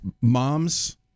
Moms